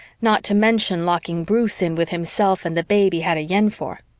not to mention locking bruce in with himself and the babe he had a yen for.